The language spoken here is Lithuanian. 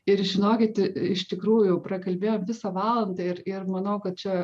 ir žinokit iš tikrųjų prakalbėjom visą valandą ir ir manau kad čia